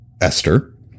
Esther